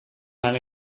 maar